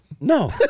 No